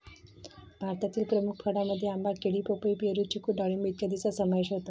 भारतातील प्रमुख फळांमध्ये आंबा, केळी, पपई, पेरू, चिकू डाळिंब इत्यादींचा समावेश होतो